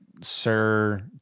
sir